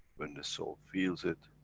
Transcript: when the soul feels it